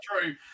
true